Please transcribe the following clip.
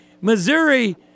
Missouri